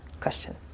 question